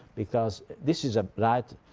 because this is ah right